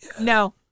No